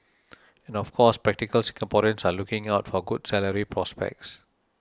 and of course practical Singaporeans are looking out for good salary prospects